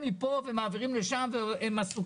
את הישיבה ועוברים לנושא השני על סדר-היום,